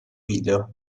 video